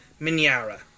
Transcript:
Minyara